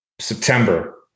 September